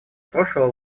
прошлого